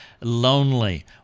lonely